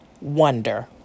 wonder